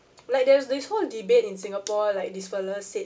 like there's this whole debate in singapore like this fella said